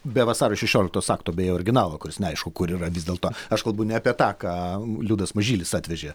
be vasario šešioliktos akto beje originalo kuris neaišku kur yra vis dėlto aš kalbu ne apie tą ką liudas mažylis atvežė